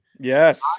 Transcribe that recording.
Yes